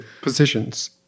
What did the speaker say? positions